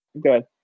good